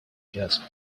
jasper